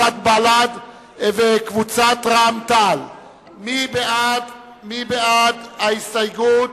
חברי הכנסת מוחמד ברכה,